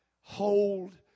hold